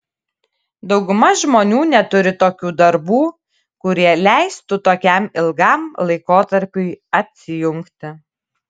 dauguma žmonių neturi tokių darbų kurie leistų tokiam ilgam laikotarpiui atsijungti